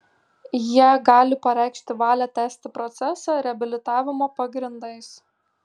jie gali pareikšti valią tęsti procesą reabilitavimo pagrindais